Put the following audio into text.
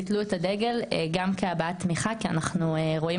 תיתלו את הדגל גם כהבעת תמיכה כי אנחנו רואים